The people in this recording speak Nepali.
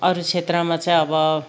अरू क्षेत्रमा चाहिँ अब